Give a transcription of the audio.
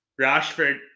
Rashford